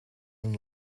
een